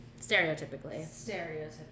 Stereotypically